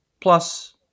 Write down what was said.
Plus